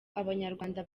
abanyarwanda